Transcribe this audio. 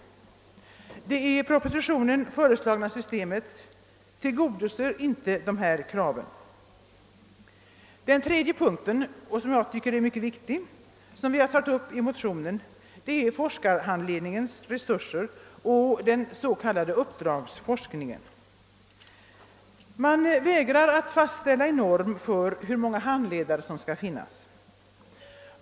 Det i propositionen föreslagna systemet tillgodoser inte dessa krav. Den tredje punkten i motionen, och den tycker jag är mycket viktig, gäller forskarhandledningens resurser och den s.k. uppdragsforskningen. Man vägrar att fastställa en norm för antalet handledare.